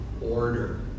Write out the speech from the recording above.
order